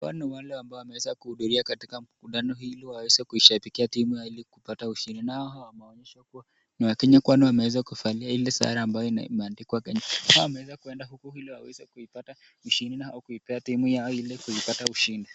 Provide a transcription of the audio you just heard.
Hawa ni wale ambao wameweza kuhudhuria katika mkutano ili waweze kuishabikia timu ili kupata ushindi nao wameonyeshwa kuwa wakenya kwani wameweza kuvalia ile sare ambayo imeandikwa kenya hawa wamewza kuenda huko ili waweza kuipata ushindi na kuipea timu yao ili kuipata ushindi .